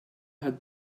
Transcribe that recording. had